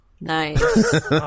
Nice